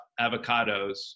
avocados